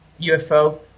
UFO